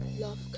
love